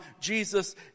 Jesus